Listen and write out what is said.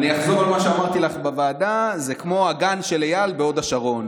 אני אחזור על מה שאמרתי לך בוועדה: זה כמו הגן של אייל בהוד השרון.